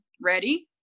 ready